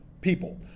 people